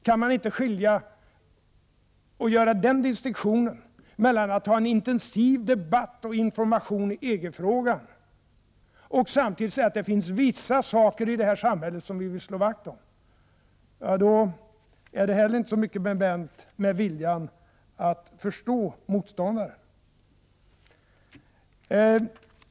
Om man inte kan göra distinktionen mellan att föra en intensiv debatt och att få information i EG-frågan och samtidigt inse att det finns vissa saker i det här samhället som vi vill slå vakt om, är det heller inte så mycket bevänt med viljan att förstå motståndaren.